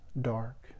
dark